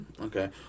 Okay